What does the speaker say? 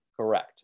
Correct